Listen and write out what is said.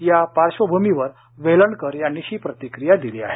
या पार्श्वभूमीवर वेलणकर यांनी ही प्रतिक्रिया दिली आहे